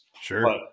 Sure